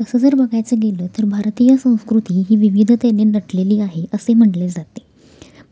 तसं जर बघायचं गेलं तर भारतीय संस्कृती ही विविधतेने नटलेली आहे असे म्हटले जाते